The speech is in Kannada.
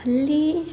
ಅಲ್ಲಿ